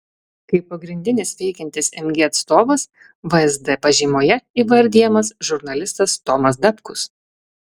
kaip pagrindinis veikiantis mg atstovas vsd pažymoje įvardijamas žurnalistas tomas dapkus